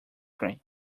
cream